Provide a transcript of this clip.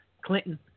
Clinton